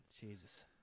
Jesus